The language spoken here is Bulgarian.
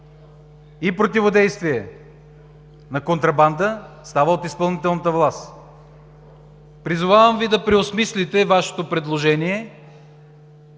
и противодействие на контрабандата става от изпълнителната власт. Призовавам Ви да преосмислите Вашето предложение